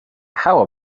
how